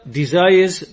desires